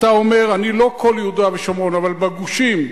אתה אומר: לא כל יהודה ושומרון, אבל בגושים.